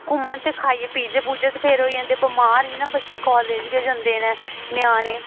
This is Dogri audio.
घूमन ते खाइयै पीजे पूजे ते फिर होई जंदे बमार जि'यां बच्चे कालज गै जंदे न ञ्याणे